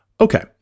Okay